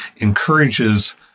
encourages